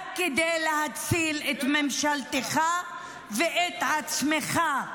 רק כדי להציל את ממשלתך ואת עצמך.